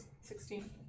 Sixteen